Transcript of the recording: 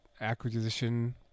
acquisition